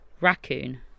raccoon